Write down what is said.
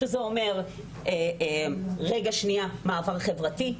שזה אומר מעבר חברתי,